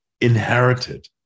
inherited